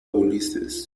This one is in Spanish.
ulises